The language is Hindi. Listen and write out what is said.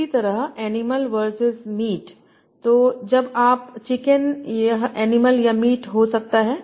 इसी प्रकार एनिमल वर्सेज मीट तो जब आप संदर्भ समय 1652 चिकन यह जानवर या मांस हो सकता है